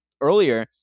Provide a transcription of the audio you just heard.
earlier